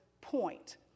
point